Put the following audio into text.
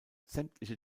sämtliche